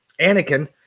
Anakin